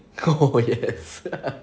oh yes